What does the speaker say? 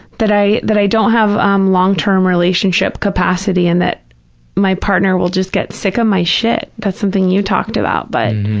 that i that i don't have um long-term relationship capacity and that my partner will just get sick of ah my shit. that's something you talked about, but